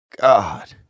God